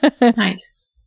Nice